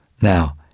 now